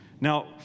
Now